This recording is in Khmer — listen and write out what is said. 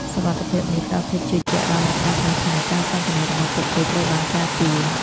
សុវត្ថិភាពនេះផ្ដល់ភាពជឿជាក់ដល់អ្នកប្រើប្រាស់ថា ការសន្ទនារបស់ពួកគេត្រូវបានការពារ។